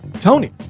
Tony